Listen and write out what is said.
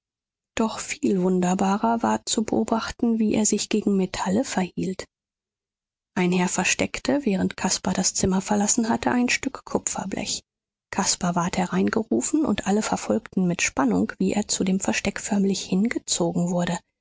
doch viel wunderbarer war zu beobachten wie er sich gegen metalle verhielt ein herr versteckte während caspar das zimmer verlassen hatte ein stück kupferblech caspar ward hereingerufen und alle verfolgten mit spannung wie er zu dem versteck förmlich hingezogen wurde